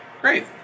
great